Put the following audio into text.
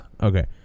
okay